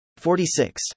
46